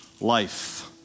life